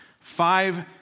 five